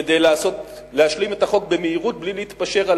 כדי להשלים את החוק במהירות בלי להתפשר על